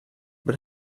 but